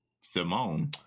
Simone